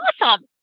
awesome